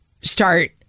start